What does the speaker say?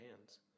hands